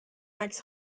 عکس